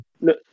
No